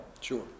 Sure